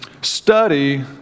study